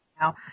now